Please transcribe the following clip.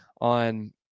on